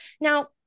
Now